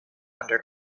under